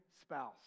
spouse